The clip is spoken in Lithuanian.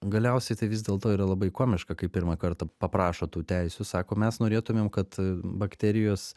galiausiai tai vis dėlto yra labai komiška kai pirmą kartą paprašo tų teisių sako mes norėtumėm kad bakterijos